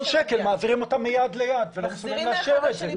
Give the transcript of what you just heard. שקל ומעבירים אותם מיד ליד ולא מסוגלים לאשר את זה.